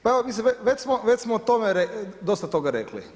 Pa evo, već smo o tome dosta toga rekli.